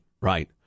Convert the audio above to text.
right